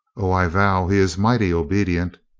o, i vow he is mighty obedient.